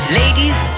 ladies